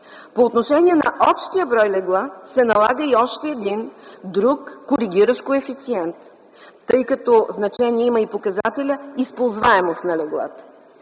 По отношение на общия брой легла се налага и още един друг коригиращ коефициент, тъй като значение има и показателят използваемост на леглата.